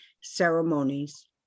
ceremonies